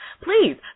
Please